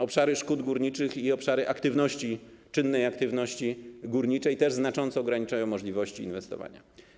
Obszary szkód górniczych i obszary czynnej aktywności górniczej też znacząco ograniczają możliwości inwestowania.